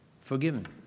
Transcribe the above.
Forgiven